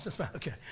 Okay